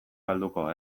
galduko